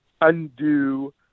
undo